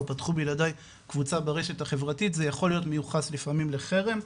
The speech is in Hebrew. או פתחו בלעדי קבוצה ברשת החברתית - זה יכול להיות מיוחס לפעמים לחרם,